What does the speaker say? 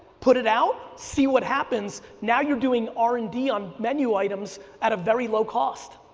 put it out, see what happens. now you're doing r and d on menu items at a very low cost.